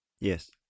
yes